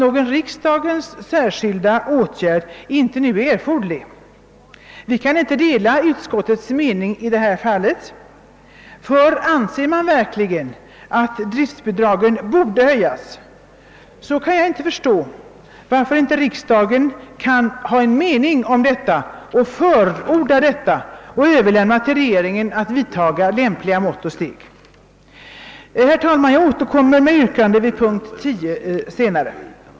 Någon riksdagens särskilda åtgärd är därför nu inte erforderlig.» Vi kan för vår del inte dela utskottets mening, ty om man verkligen anser att driftbidragen borde höjas, kan jag inte förstå varför inte riksdagen kan ha en mening därom och förorda en sådan höjning samt överlämna till regeringen att vidta lämpliga mått och steg. Jag återkommer senare med ett yrkande vid punkt 10.